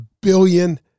billion